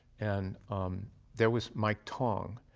and there was mike tongg.